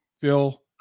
Phil